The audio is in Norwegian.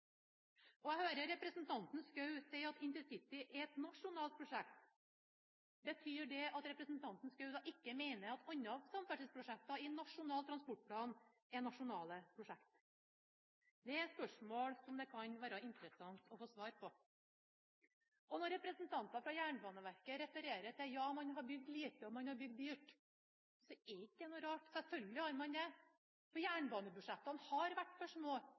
prosjekt. Jeg hørte representanten Schou si at intercityutbygging er et nasjonalt prosjekt. Betyr det at representanten Schou ikke mener at andre samferdselsprosjekter i Nasjonal transportplan er nasjonale prosjekter? Det er et spørsmål som det kan være interessant å få svar på. At representanter fra Jernbaneverket siteres på at man har bygd lite, og man har bygd dyrt, er ikke noe rart. Selvfølgelig har man det, for jernbanebudsjettene har vært for små